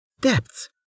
Depths